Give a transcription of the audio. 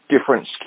Different